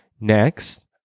Next